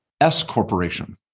S-Corporation